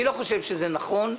אני לא חושב שזה נכון.